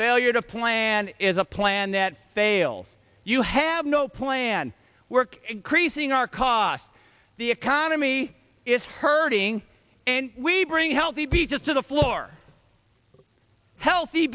failure to plan is a plan that fails you have no plan work creasing our cost the economy is hurting and we bring healthy beaches to the floor healthy